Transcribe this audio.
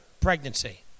Pregnancy